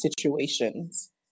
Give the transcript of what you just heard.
situations